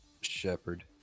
shepherd